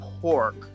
pork